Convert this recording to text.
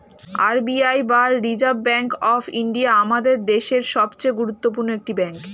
R B I বা Reserve Bank of India আমাদের দেশের সবচেয়ে গুরুত্বপূর্ণ একটি ব্যাঙ্ক